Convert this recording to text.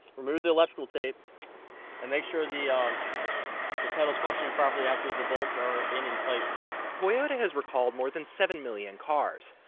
remove the electrical tape and make sure the um the pedal's functioning properly after the bolts are in and tight toyota has recalled more than seven million cars.